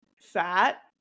fat